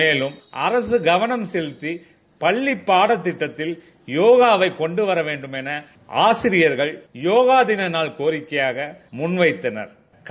மேலும் அரசு கவனம் செலுத்தி பள்ளி பாடத் திட்டத்தில் யோகாவை கொண்டுவர வே ண்டும் என ஆசிரியர்கள் யோகா தின நாள் கோரிக்கையாக முன் வைத்துள்ளனா்